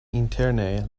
interne